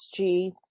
SG